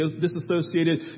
disassociated